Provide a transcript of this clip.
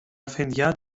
αφεντιά